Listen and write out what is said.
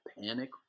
panic